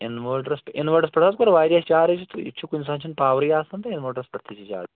innovators inverters پٮ۪ٹھ حظ کوٚر واریاہ چارٕج تہٕ یہِ چھِ کُنہِ ساتہٕ چھِنہٕ پاورٕے آسَن تہٕ اِنوٲٹرَس پٮ۪ٹھ تہِ چھِ چارٕج